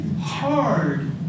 hard